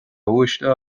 uaisle